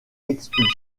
expulsé